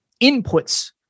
inputs